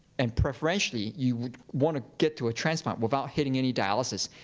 and preferentially you wanna get to a transplant without hitting any dialysis.